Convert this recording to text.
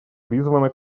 призвана